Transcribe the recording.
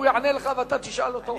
והוא יענה לך ואתה תשאל אותו.